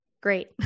Great